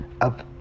up